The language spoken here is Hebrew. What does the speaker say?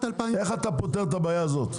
איך אתה יכול לפתור את הבעיה הזאת?